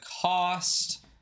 cost